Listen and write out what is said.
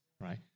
right